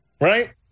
Right